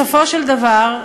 בסופו של דבר,